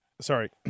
Sorry